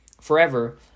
forever